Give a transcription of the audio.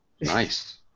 Nice